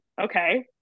okay